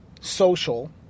social